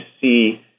see